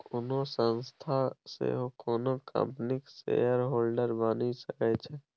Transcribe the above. कोनो संस्था सेहो कोनो कंपनीक शेयरहोल्डर बनि सकै छै